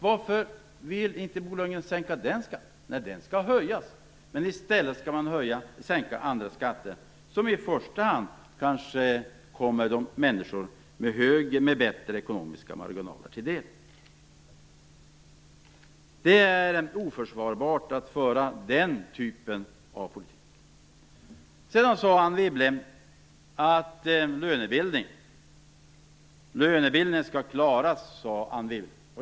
Varför vill inte Bo Lundgren sänka den skatten? Nej, den skall höjas, men i stället skall man sänka andra skatter, vilket i första hand kommer människor med större ekonomiska marginaler till godo. - Det är oförsvarligt att föra den typen av politik. Anne Wibble sade att lönebildningen skall klaras.